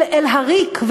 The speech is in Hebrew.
אל הריק,